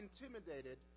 intimidated